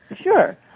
Sure